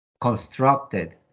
constructed